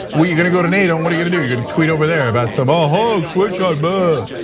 when you're gonna go to nato and what are you gonna do? you're gonna tweet over there about some ah hold switch out bug,